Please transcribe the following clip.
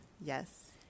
Yes